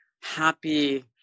happy